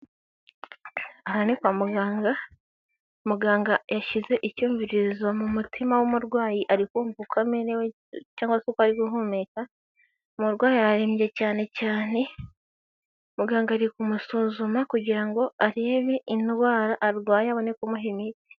Aha ni kwa muganga, muganga yashyize icyumvirizo mu mutima w'umurwayi, arikumva uko amerewe cyangwa se ko ari guhumeka, umurwayi arembye cyane cyane, muganga ari kumusuzuma kugira ngo arebe indwara arwaye abone kumuha imiti.